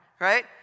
Right